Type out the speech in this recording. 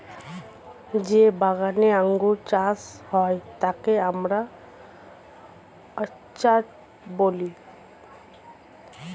যেই বাগানে আঙ্গুর চাষ হয় তাকে আমরা অর্চার্ড বলি